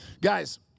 Guys